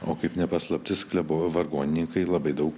o kaip ne paslaptis klebo vargonininkai labai daug